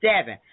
seven